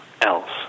else